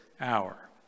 hour